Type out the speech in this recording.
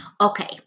Okay